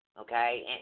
Okay